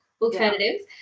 alternatives